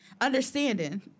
Understanding